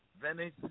venice